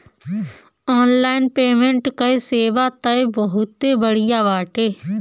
online payment कअ सेवा तअ बहुते बढ़िया बाटे